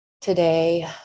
today